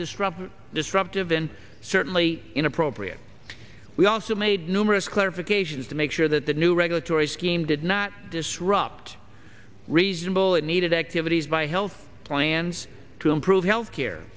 disruptive disruptive and certainly inappropriate we also made numerous clarifications to make sure that the new regulatory scheme did not disrupt reasonable and needed activities by health plans to improve health care